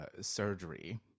surgery